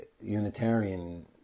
Unitarian